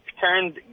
turned